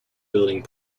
building